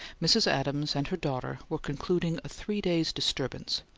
mrs. adams and her daughter were concluding a three-days' disturbance,